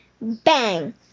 Bang